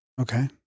Okay